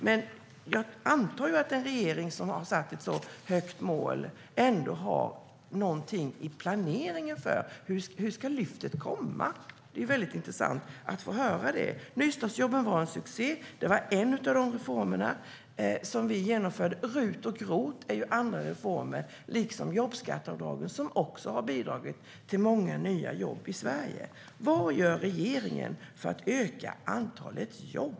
Men jag antar att en regering som har satt ett så högt mål ändå har någonting i planeringen för hur lyftet ska komma. Det vore intressant att få höra det. Nystartsjobben var en succé. Det var en av de reformer som vi genomförde. RUT och ROT är andra reformer som liksom jobbskatteavdragen har bidragit till många nya jobb i Sverige. Vad gör regeringen för att öka antalet jobb?